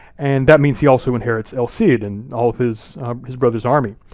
and that means he also inherits el cid, and all of his his brother's army.